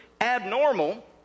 abnormal